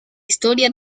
historia